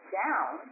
down